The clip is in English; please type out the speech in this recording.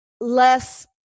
less